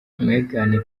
mugheni